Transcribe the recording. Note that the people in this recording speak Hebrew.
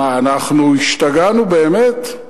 מה, אנחנו השתגענו, באמת?